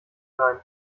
sein